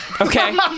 okay